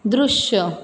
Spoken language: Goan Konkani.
दृश्य